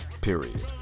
Period